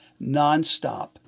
nonstop